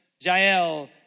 Jael